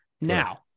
Now